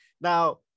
Now